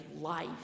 life